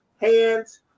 hands